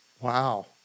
Wow